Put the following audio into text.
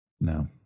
No